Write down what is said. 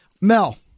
Mel